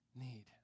need